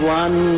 one